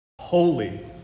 Holy